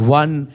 one